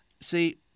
see